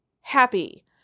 happy